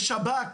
יש שב"כ.